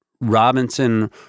Robinson